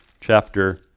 chapter